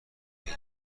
اجرا